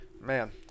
man